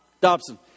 Dobson